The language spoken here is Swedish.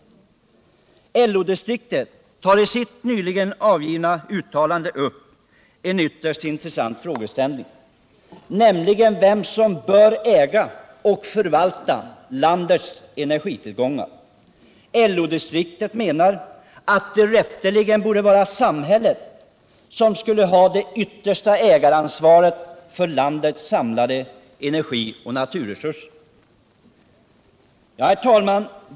Sd 15 december 1977 LO-distriktet tar i sitt nyligen gjorda uttalande upp en ytterst intressant. = frågeställning, nämligen vem som bör äga och förvalta landets energi Den fysiska tillgångar. LO-distriktet menar att det rätteligen borde vara samhället = riksplaneringen för som skulle ha det yttersta ägaransvaret för landets samlade energioch = vattendrag i norra naturresurser. Svealand och Herr talman!